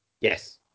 yes